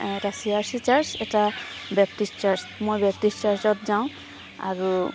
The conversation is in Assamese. এটা চি আৰ চি চাৰ্ছ এটা ব্যেপ্টিছ চাৰ্ছ মই ব্যেপ্তিছ চাৰ্ছত যাওঁ আৰু